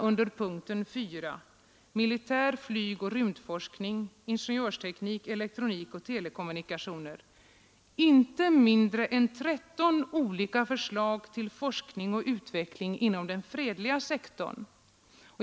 Under punkten 4. Militär flygoch rymdforskning, ingen jörsteknik, elektronik och telekommunikationer, finner man inte mindre än 13 olika förslag till forskning och utveckling inom den fredliga sektorn.